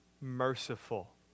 merciful